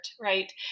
right